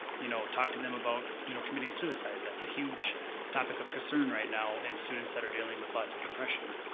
you know, talked to them about you know committing suicide. that's a huge topic of concern right now in and students that are dealing with lots of depression.